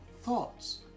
thoughts